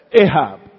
Ahab